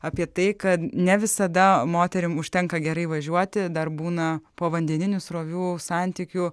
apie tai kad ne visada moterim užtenka gerai važiuoti dar būna povandeninių srovių santykių